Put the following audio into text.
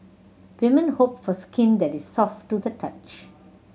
women hope for skin that is soft to the touch